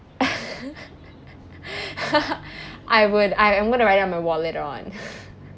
I would I am going to write down on my wallet later on